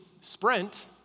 Sprint